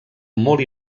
molt